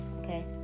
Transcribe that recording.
okay